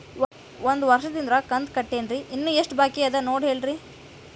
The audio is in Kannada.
ಒಂದು ವರ್ಷದಿಂದ ಕಂತ ಕಟ್ಟೇನ್ರಿ ಇನ್ನು ಎಷ್ಟ ಬಾಕಿ ಅದ ನೋಡಿ ಹೇಳ್ರಿ